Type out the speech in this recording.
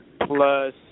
Plus